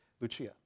Lucia